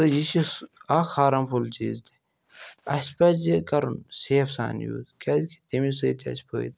تہٕ یہِ چھُ سُہ اَکھ ہارَم فُل چیٖز تہِ اَسہِ پَزِ یہِ کَرُن سیٚفہٕ سان یوٗز کیٛازکہِ تَمےَ سۭتۍ چھُ اَسہِ فٲیدٕ تہِ